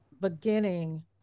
Beginning